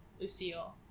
Lucille